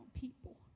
people